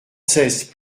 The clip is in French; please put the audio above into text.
seize